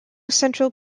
central